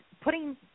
putting